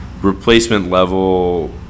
replacement-level